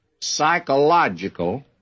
psychological